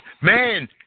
Man